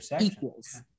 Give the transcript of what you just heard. equals